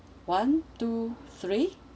one two three